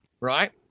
right